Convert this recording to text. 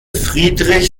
friedrich